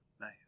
Nice